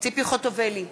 ציפי חוטובלי,